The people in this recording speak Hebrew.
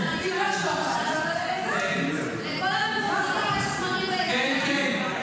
היא קיבלה שוחד --- לכל --- יש --- כן, כן.